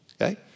okay